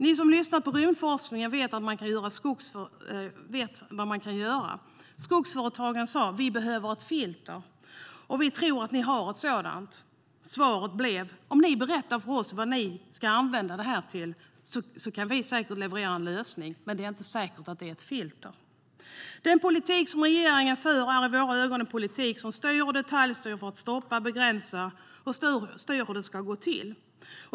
Ni som lyssnar på rymdforskningen vet vad man kan göra. Skogsföretagen sa: Vi behöver ett filter, och vi tror att ni har ett sådant. Svaret blev: Om ni berättar för oss vad ni ska använda det till kan vi säkert leverera en lösning, men det är inte säkert att det är ett filter. Den politik som regeringen för är i våra ögon en politik som styr och detaljstyr för att stoppa, begränsa och styra hur det ska gå till.